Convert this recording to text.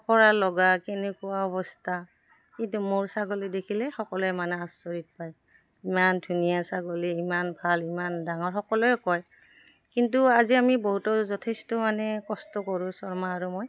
ফপৰা লগা কেনেকুৱা অৱস্থা কিন্তু মোৰ ছাগলী দেখিলে সকলোৱে মানে আচৰিত পায় ইমান ধুনীয়া ছাগলী ইমান ভাল ইমান ডাঙৰ সকলোৱে কয় কিন্তু আজি আমি বহুতো যথেষ্ট মানে কষ্ট কৰোঁ শৰ্মা আৰু মই